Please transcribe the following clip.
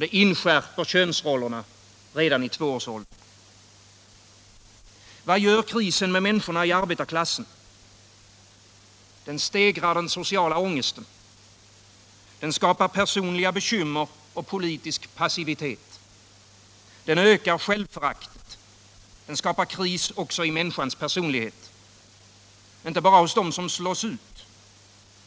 Det inskärper könsrollerna redan i tvåårsåldern. Vad gör krisen med människorna i arbetarklassen? Den stegrar den sociala ångesten. Den skapar personliga bekymmer och politisk passivitet. Den ökar självföraktet. Den skapar kris också i människans personlighet. Inte bara hos dem som slås ut